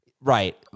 Right